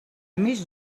més